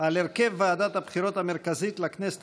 על הרכב ועדת הבחירות המרכזית לכנסת